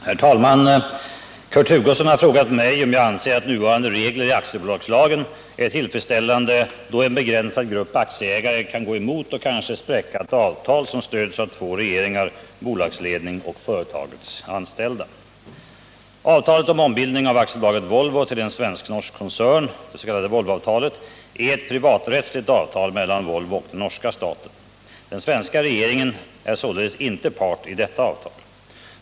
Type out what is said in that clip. Herr talman! Kurt Hugosson har frågat mig om jag anser att nuvarande regler i aktiebolagslagen är tillfredsställande, då en begränsad grupp aktieägare kan gå emot och kanske spräcka ett avtal som stöds av två regeringar, bolagsledning och företagets anställda. Avtalet om ombildning av AB Volvo till en svensk-norsk koncern, det s.k. Volvoavtalet, är ett privaträttsligt avtal mellan Volvo och den norska staten. Den svenska regeringen är således inte part i detta avtal.